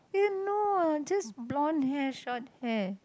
eh no just blonde hair short hair